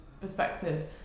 perspective